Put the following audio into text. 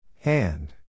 Hand